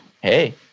hey